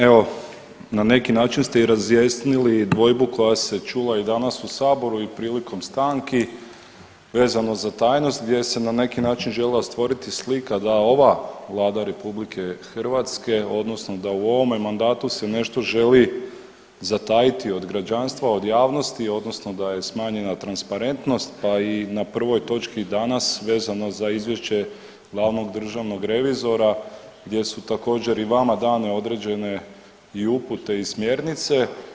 Evo na neki način ste i razjasnili dvojbu koja se čula i danas u saboru i prilikom stanki vezano za tajnost gdje se na neki način željela stvoriti slika da ova Vlade RH odnosno da u ovome mandatu se nešto želi zatajiti od građanstva od javnosti odnosno da je smanjena transparentnost pa i na prvoj točki danas vezano za izvješće glavnog državnog revizora gdje su također i vama dane određene i upute i smjernice.